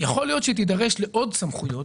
יכול להיות שהיא תידרש לעוד סמכויות,